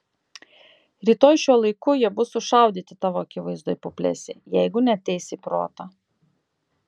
rytoj šiuo laiku jie bus sušaudyti tavo akivaizdoje puplesi jeigu neateisi į protą